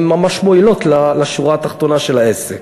ממש מועילות לשורה התחתונה של העסק,